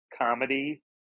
comedy